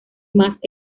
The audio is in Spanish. más